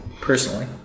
personally